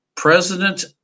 President